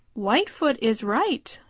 whitefoot is right,